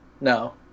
No